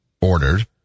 ordered